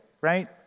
right